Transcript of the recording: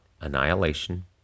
annihilation